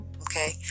Okay